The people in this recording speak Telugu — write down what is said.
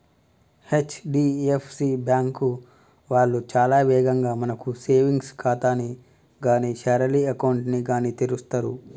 హెచ్.డి.ఎఫ్.సి బ్యాంకు వాళ్ళు చాలా వేగంగా మనకు సేవింగ్స్ ఖాతాని గానీ శాలరీ అకౌంట్ ని గానీ తెరుస్తరు